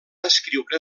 escriure